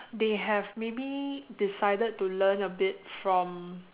they have maybe decided to learn a bit from